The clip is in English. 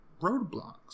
roadblocks